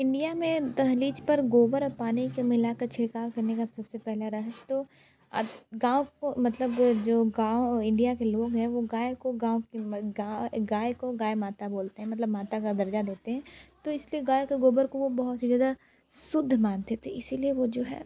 India में दहलीज़ पर गोबर और पानी के मिला के छिड़काव करने का सब से पहला रहस्य तो गाँव को मतलब जो गाँव और इंडिया के लोग है वो गाय को गाँव की गाय को गाय माता बोलते हैं मतलब माता का दर्जा देते हैं तो इस लिए गाय के गोबर को वो बहुत ही ज़्यादा शुद्ध मानते थे इसी लिए वो जो है